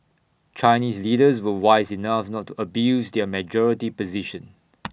Chinese leaders were wise enough not to abuse their majority position